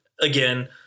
Again